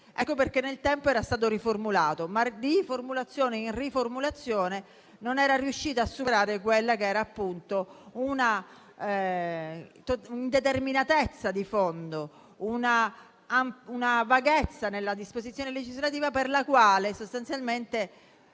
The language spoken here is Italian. Ecco perché, nel tempo, esso era stato riformulato. Ma, di riformulazione in riformulazione, non si era riusciti a superare una indeterminatezza di fondo, una vaghezza nella disposizione legislativa, per la quale, sostanzialmente,